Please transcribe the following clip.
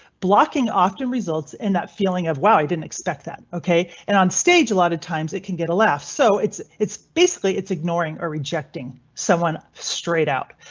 blocking often results in that feeling of wow. i didn't expect that ok, and on stage a lot of times it can get a left, so it's. basically it's ignoring or rejecting someone straight out,